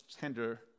tender